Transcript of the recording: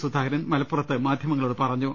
സുധാകരൻ മലപ്പുറത്ത് മാധ്യമങ്ങളോട് പറഞ്ഞു